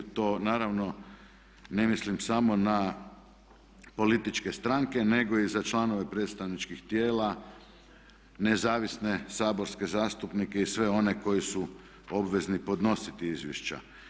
To naravno ne mislim samo na političke stranke nego i za članove predstavničkih tijela, nezavisne saborske zastupnike i sve one koji su obvezni podnositi izvješća.